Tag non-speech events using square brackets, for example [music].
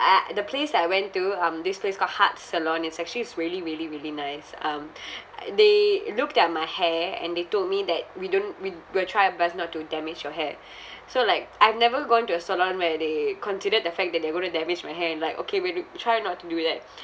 uh at the place that I went to um this place called hot salon it's actually it's really really really nice um [breath] they looked at my hair and they told me that we don't we we'll try our best not to damage your hair so like I've never gone to a salon where they considered the fact that they're going to damage my hair like okay we do~ try not to do that